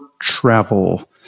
travel